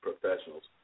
Professionals